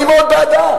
אני מאוד בעדה.